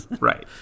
Right